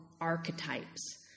archetypes